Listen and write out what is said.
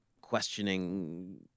questioning